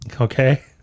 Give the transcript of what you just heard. Okay